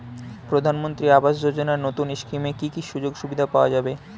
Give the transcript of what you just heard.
প্রধানমন্ত্রী আবাস যোজনা নতুন স্কিমে কি কি সুযোগ সুবিধা পাওয়া যাবে?